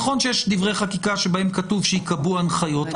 נכון שיש דברי חקיקה בהם כתוב שייקבעו הנחיות,